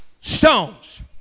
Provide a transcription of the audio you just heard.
stones